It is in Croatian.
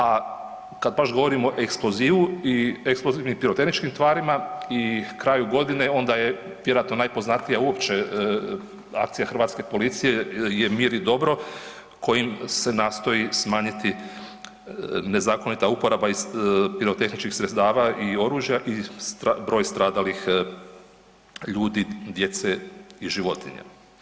A kad baš govorimo o eksplozivu i eksplozivnim pirotehničkim tvarima i kraju godine onda je vjerojatno najpoznatija uopće akcija hrvatske policije je „Mir i dobro“ kojim se nastoji smanjiti nezakonita uporaba pirotehničkih sredstava i oružja i broj stradalih ljudi, djece i životinja.